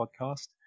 podcast